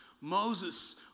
Moses